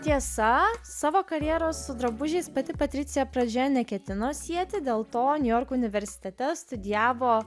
tiesa savo karjeros su drabužiais pati patricija pradžia neketino sieti dėl to niujorko universitete studijavo